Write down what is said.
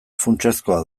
funtsezkoa